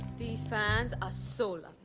these fans are so